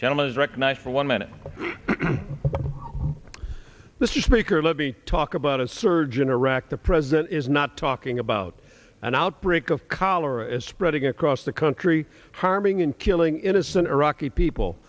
gentleman is recognized for one minute the speaker let me talk about a surge in iraq the president is not talking about an outbreak of cholera spreading across the country harming and killing innocent iraqi people